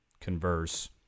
converse